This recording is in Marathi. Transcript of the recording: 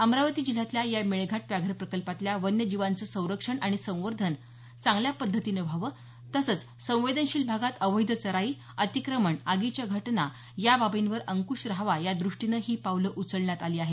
अमरावती जिल्ह्यातल्या या मेळघाट व्याघ्र प्रकल्पातल्या वन्यजीवांचे संरक्षण आणि संवर्धन चांगल्या पद्धतीने व्हावं तसंच संवेदनशील भागात अवैध चराई अतिक्रमण आगीच्या घटना या बाबीवर अंकुश राहावा या द्रष्टीनं ही पावलं उचलण्यात आली आहेत